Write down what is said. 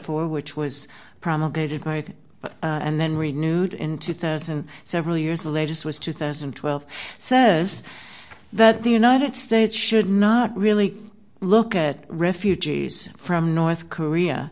four which was promulgated right and then renewed in two thousand several years the latest was two thousand and twelve says that the united states should not really look at refugees from north korea